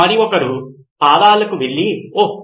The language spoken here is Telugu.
మరొకరు పాదాలకు వెళ్లి ఓహ్